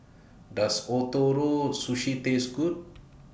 Does Ootoro Sushi Taste Good